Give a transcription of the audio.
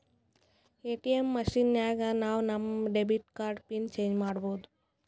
ATM machine ನಾಗ್ ನಾವ್ ನಮ್ ಡೆಬಿಟ್ ಕಾರ್ಡ್ದು ಪಿನ್ ಚೇಂಜ್ ಮಾಡ್ಬೋದು